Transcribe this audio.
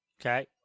Okay